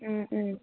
ꯎꯝ ꯎꯝ